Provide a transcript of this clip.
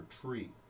tree